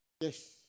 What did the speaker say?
Yes